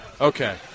Okay